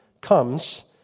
comes